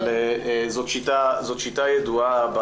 זאת שיטה ידועה.